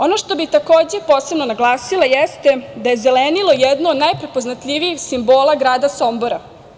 Ono što bih takođe posebno naglasila, jeste da je zelenilo jedno od najprepoznatljivijih simbola grada Sombora.